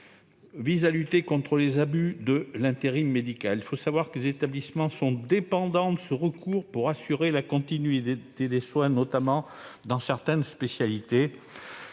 vise à lutter contre les abus de l'intérim médical. Il faut savoir que les établissements sont dépendants de ce recours pour assurer la continuité des soins, notamment dans certaines spécialités.